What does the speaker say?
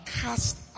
cast